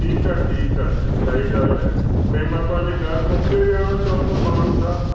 ठीकु आहे ठीकु आहे साईं काई ॻाल्हि न आहे हे मां तव्हांजे घरु मोकिले ॾियांव चओ त माण्हूं सां